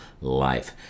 life